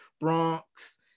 Bronx